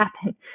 happen